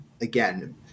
again